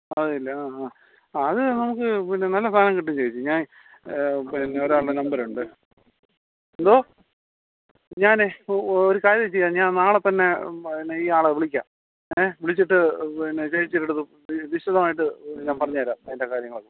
ആ അതില്ല അ അ ആ അത് നമുക്ക് പിന്നെ നല്ല സാധനം കിട്ടും ചേച്ചി ഞാൻ പിന്നെ ഒരാളുടെ നമ്പറുണ്ട് എന്തോ ഞാൻ ഒരു കാര്യം ചെയ്യാം ഞാൻ നാളെ തന്നെ ഇയാളെ വിളിക്കാം ഏ വിളിച്ചിട്ട് പിന്നെ ചേച്ചിയുടെ അടുത്ത് വിശദമായിട്ട് ഞാൻ പറഞ്ഞ് തരാം അതിൻ്റെ കാര്യങ്ങളൊക്കെ